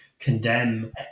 Condemn